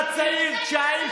לאחים שלהם להתנהג ככה.